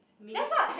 mini eh